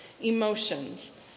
emotions